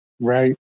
Right